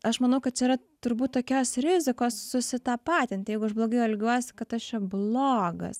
aš manau kad čia yra turbūt tokios rizikos susitapatinti jeigu aš blogai elgiuosi kad aš čia blogas